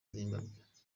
zimbabwe